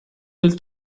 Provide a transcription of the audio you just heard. del